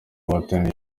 bahataniraga